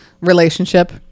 relationship